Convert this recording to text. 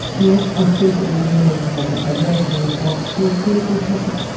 yes, i think that we do need to have ah a radical response to a critical problem.